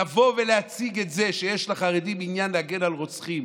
לבוא ולהציג את זה שיש לחרדים עניין להגן על רוצחים